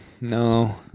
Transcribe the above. no